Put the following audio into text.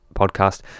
podcast